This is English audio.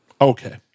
okay